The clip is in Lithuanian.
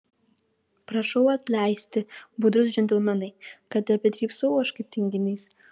prašau atleisti budrūs džentelmenai kad tebedrybsau aš kaip tinginys